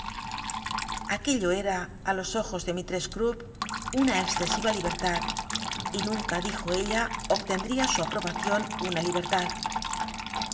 aquello cr ft los ojos de misless c upp una excesiva libertad y nunca dijo ella obtendría su nprobacion una libertad